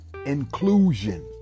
inclusion